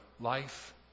life